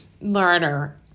learner